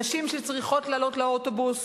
נשים שצריכות לעלות לאוטובוס